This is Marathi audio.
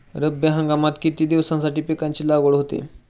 रब्बी हंगामात किती दिवसांत पिकांची लागवड होते?